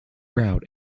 route